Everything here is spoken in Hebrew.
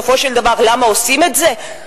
בסופו של דבר למה עושים את זה?